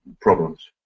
problems